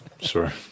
Sure